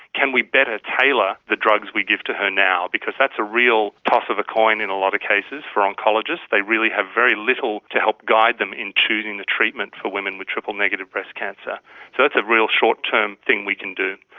can we better tailor the drugs we give to her now? because that's a real toss of the coin in a lot of cases for oncologists. they really have very little to help guide them in choosing the treatment for women with triple-negative breast cancer. so that's a real short-term thing we can do.